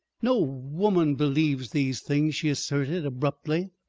no woman believes these things, she asserted abruptly.